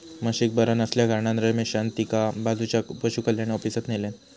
म्हशीक बरा नसल्याकारणान रमेशान तिका बाजूच्या पशुकल्याण ऑफिसात न्हेल्यान